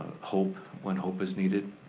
hope when hope is needed,